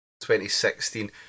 2016